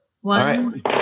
One